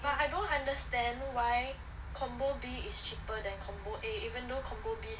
but I don't understand why combo B is cheaper than combo A even though combo B